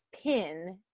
pin